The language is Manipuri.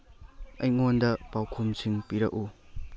ꯑꯩꯉꯣꯟꯗ ꯄꯥꯎꯈꯨꯝꯁꯤꯡ ꯄꯤꯔꯛꯎ